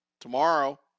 tomorrow